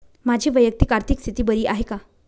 माझी वैयक्तिक आर्थिक स्थिती बरी आहे का?